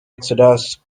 exodus